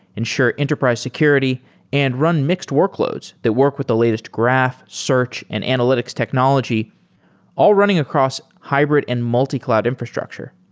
ensure enterprise security and run mixed workloads that work with the latest graph, search and analytics technology all running across hybrid and multi-cloud infrastructure.